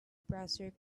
browser